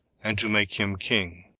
and to make him king.